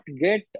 get